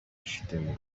yifitemo